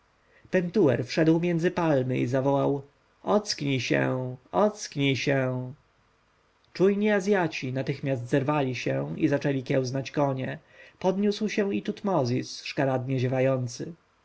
pentuer wszedł między palmy i zawołał ocknij się ocknij się czujni azjaci natychmiast zerwali się i zaczęli kiełznać konie podniósł się i tutmozis szkaradnie ziewający